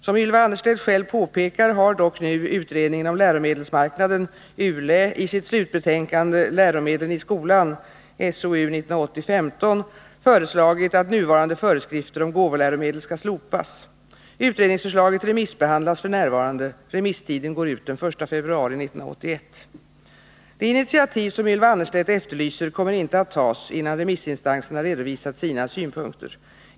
Som Ylva Annerstedt själv påpekar har dock nu utredningen om läromedelsmarknaden i sitt slutbetänkande, Läromedlen i skolan , föreslagit att nuvarande föreskrifter om gåvoläromedel skall slopas. Utredningsförslaget remissbehandlas f. n. Remisstiden går ut den 1 februari 1981. De initiativ som Ylva Annerstedt efterlyser kommer inte att tas innan remissinstanserna redovisat sina synpunkter.